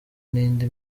n’indi